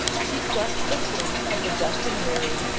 she slept the sleep of the just and weary,